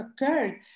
occurred